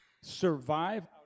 survive